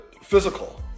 physical